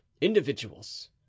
individuals